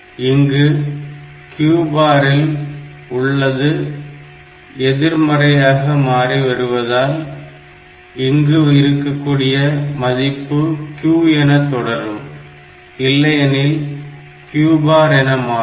இங்கு Q பாரில் உள்ளது அது எதிர்மறையாக மாறி வருவதால் இங்கு இருக்கக்கூடிய மதிப்பு Q என தொடரும் இல்லையெனில் Q பார் என மாறும்